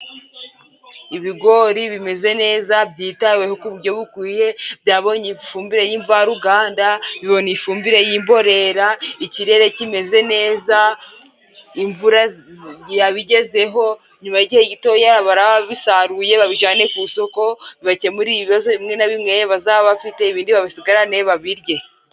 Ibigori bimeze neza byitaweho ku buryo bukwiye, byabonye ifumbire y'imvaruganda, bibona ifumbire y'imborera, ikirere kimeze neza, imvura yabigezeho, nyuma y'igihe gitoya, baraba babisaruye babijyane ku isoko, bakemure ibibazo bimwe na bimwe bazaba bafite, ibindi babisigarane, babirye.